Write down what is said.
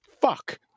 Fuck